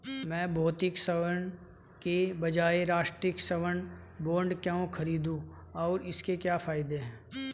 मैं भौतिक स्वर्ण के बजाय राष्ट्रिक स्वर्ण बॉन्ड क्यों खरीदूं और इसके क्या फायदे हैं?